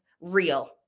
real